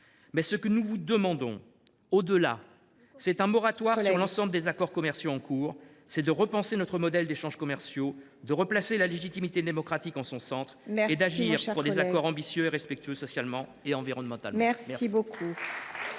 mais ce que nous vous demandons, au delà, c’est d’obtenir un moratoire sur l’ensemble des accords commerciaux en cours ; c’est de repenser notre modèle d’échanges commerciaux, de replacer la légitimité démocratique en son centre et d’agir pour des accords ambitieux et respectueux socialement et environnementalement.